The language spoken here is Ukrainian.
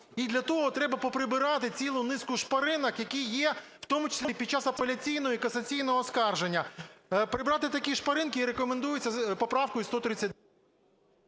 І для того треба поприбирати цілу низку шпаринок, які є в тому числі і під час апеляційного, і касаційного оскарження. Прибрати такі шпаринки рекомендується поправкою 13…